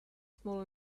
small